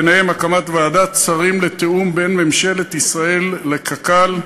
ובהן הקמת ועדת שרים לתיאום בין ממשלת ישראל לקק"ל,